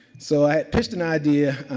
so, i pitched an idea